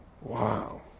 Wow